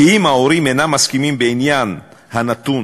כי אם ההורים אינם מסכימים בעניין הנתון